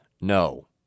No